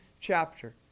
chapter